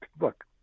look